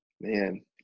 man